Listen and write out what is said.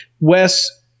Wes